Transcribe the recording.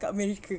kat america